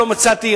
לא מצאתי.